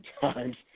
times